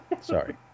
sorry